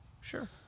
Sure